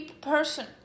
person